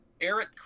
eric